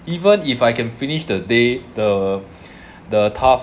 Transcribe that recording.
even if I can finish the day the the task